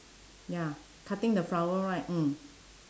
ya cutting the flower right mm